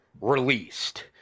released